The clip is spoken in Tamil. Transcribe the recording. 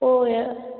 ஓ யா